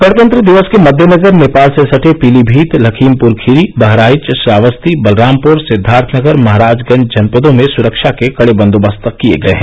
गणतंत्र दिवस के मद्देनजर नेपाल से सटे पीलीभीत लखीमपुरखीरी बहराइच श्रावस्ती बलरामपुर सिद्वार्थनगर महराजगंज जनपदों में सुरक्षा के कड़े बंदोबस्त किये गये हैं